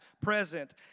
present